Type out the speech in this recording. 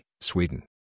Sweden